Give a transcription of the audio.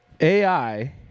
AI